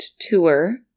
tour